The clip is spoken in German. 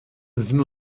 sind